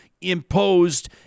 imposed